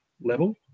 level